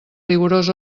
rigorós